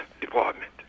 department